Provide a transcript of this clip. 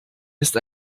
ist